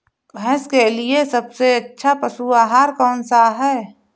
भैंस के लिए सबसे अच्छा पशु आहार कौन सा है?